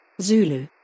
Zulu